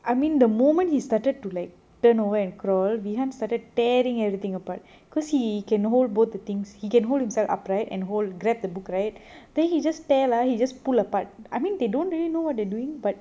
I mean the moment he started to like turn over and crawl we hand started tearing everything apart cause he can hold both the things he can hold himself upright and whole grabbed the book right then he just tear lah he just pull apart I mean they don't really know what they're doing but